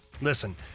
listen